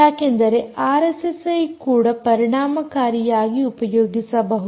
ಯಾಕೆಂದರೆ ಆರ್ಎಸ್ಎಸ್ಐಯನ್ನು ಕೂಡ ಪರಿಣಾಮಕಾರಿಯಾಗಿ ಉಪಯೋಗಿಸಬಹುದು